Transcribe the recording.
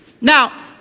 Now